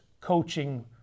coaching